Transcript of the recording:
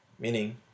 Meaning